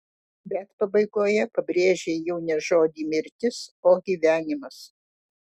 bet pabaigoje pabrėžei jau ne žodį mirtis o gyvenimas